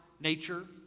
nature